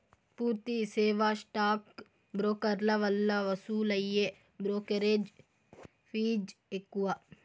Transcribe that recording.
పూర్తి సేవా స్టాక్ బ్రోకర్ల వల్ల వసూలయ్యే బ్రోకెరేజ్ ఫీజ్ ఎక్కువ